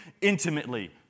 intimately